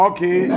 Okay